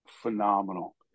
phenomenal